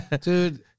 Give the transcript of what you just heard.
dude